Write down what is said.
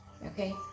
Okay